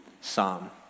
psalm